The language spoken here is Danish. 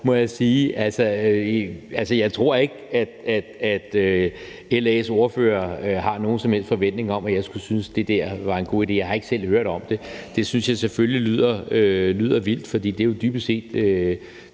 må jeg sige. Jeg tror ikke, at LA's ordfører har nogen som helst forventning om, at jeg skulle synes, at det der var en god idé. Jeg har ikke selv hørt om det. Det synes jeg selvfølgelig lyder vildt, fordi det jo dybest set